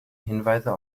hinweise